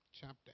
chapter